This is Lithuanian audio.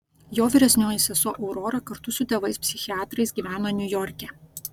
jo vyresnioji sesuo aurora kartu su tėvais psichiatrais gyveno niujorke